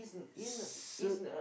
so